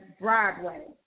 Broadway